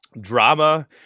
drama